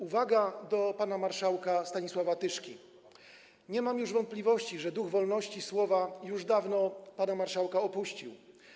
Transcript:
Uwaga do pana marszałka Stanisława Tyszki: nie mam już wątpliwości, że duch wolności słowa już dawno pana marszałka opuścił.